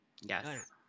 Yes